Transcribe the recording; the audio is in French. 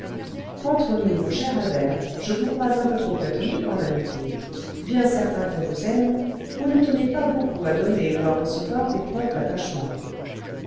entre nous mon cher albert je vous crois un peu trop platonique en amitié bien certain qu'on vous aime vous ne tenez pas beaucoup à donner ou à recevoir des preuves d'attachement